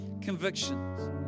convictions